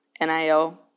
NIL